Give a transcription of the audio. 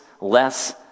less